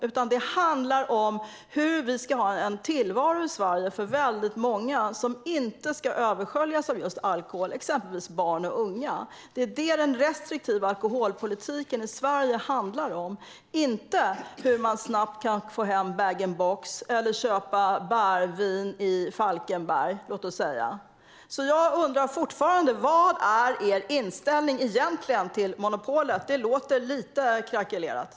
Folkhälsa handlar om hur vi undviker att tillvaron för många översköljs av alkohol, exempelvis barn och unga. Det är det den restriktiva alkoholpolitiken i Sverige handlar om, inte om hur man snabbt kan få hem en bag-in-box eller köpa bärvin i exempelvis Falkenberg. Jag undrar fortfarande vad er inställning till monopolet är. Den låter lite krackelerad.